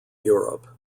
europe